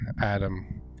Adam